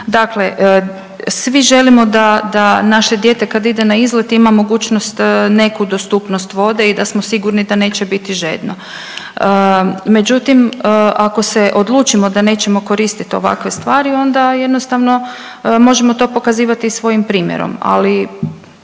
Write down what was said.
Dakle svi želimo da, da naše dijete kad ide na izlet ima mogućnost neku dostupnost vode i da smo sigurni da neće biti žedno. Međutim ako se odlučimo da nećemo koristit ovakve stvari onda jednostavno možemo to pokazivati i svojim primjerom,